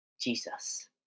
Jesus